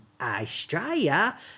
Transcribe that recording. Australia